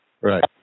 Right